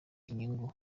inyungu